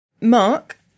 Mark